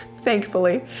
Thankfully